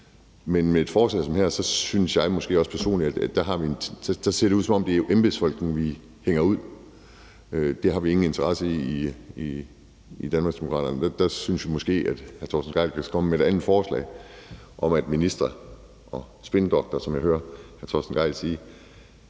Men med et forslag som det her synes jeg måske også personligt, at det ser ud, som om det er embedsfolkene, vi hænger ud, og det har vi ingen interesse i i Danmarksdemokraterne, så der synes vi måske, at hr. Torsten Gejl skulle komme med et andet forslag om, at ministre og spindoktorer, som jeg hører hr. Torsten Gejl sige,